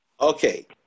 Okay